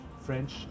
French